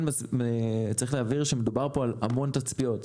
צריך להבהיר שמדובר על מיליוני תצפיות.